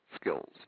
skills